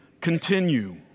continue